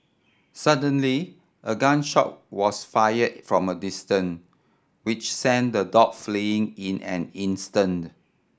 suddenly a gun shot was fired from a distance which sent the dog fleeing in an instant